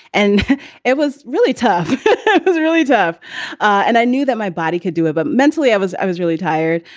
and it was really tough it was really tough and i knew that my body could do it. but mentally, i was i was really tired.